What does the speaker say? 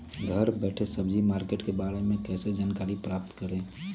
घर बैठे सब्जी मार्केट के बारे में कैसे जानकारी प्राप्त करें?